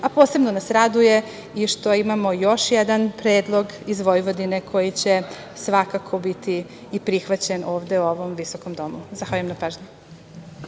manjina. Posebno nas raduje što imamo još jedan predlog iz Vojvodine koji će svakako biti i prihvaćen ovde u ovom visokom domu. Zahvaljujem na pažnji.